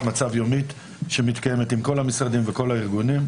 מצב יומית שמתקיימת עם כל המשרדים וכל הארגונים,